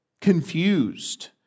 confused